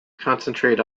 concentrate